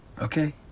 okay